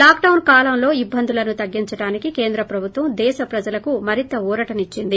lockdown కాలంలో ఇబ్బందులను తగ్గించడానికి కేంద్ర ప్రబుత్వం దేశ ప్రజలకు మరింత ఊరటనిచ్చింది